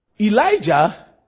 Elijah